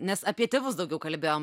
nes apie tėvus daugiau kalbėjom